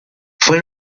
fue